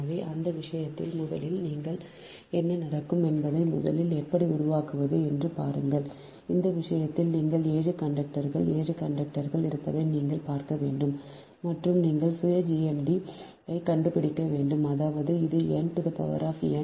எனவே அந்த விஷயத்தில் முதலில் என்ன நடக்கும் என்பதை முதலில் எப்படி உருவாக்குவது என்று பாருங்கள் இந்த விஷயத்தில் நீங்கள் 7 கண்டக்டர்கள் 7 கண்டக்டர்கள் இருப்பதை நீங்கள் பார்க்க வேண்டும் மற்றும் நீங்கள் சுய GMD ஐ கண்டுபிடிக்க வேண்டும் அதாவது இது n2